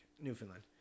Newfoundland